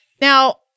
Now